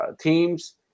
teams